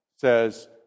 says